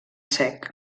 sec